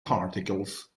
particles